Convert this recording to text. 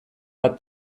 bat